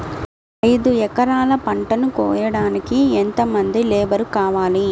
ఐదు ఎకరాల పంటను కోయడానికి యెంత మంది లేబరు కావాలి?